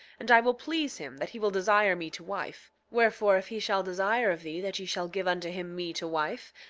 and i will please him, that he will desire me to wife wherefore if he shall desire of thee that ye shall give unto him me to wife,